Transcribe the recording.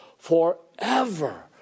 forever